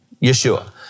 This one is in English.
Yeshua